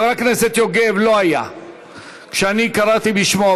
חבר הכנסת יוגב לא היה כשאני קראתי בשמו,